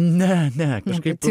ne ne kažkaip